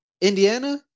Indiana